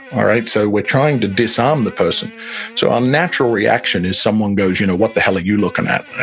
all right, so we're trying to disarm the person so our natural reaction if someone goes, you know what the hell are you looking at? ah